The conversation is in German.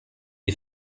die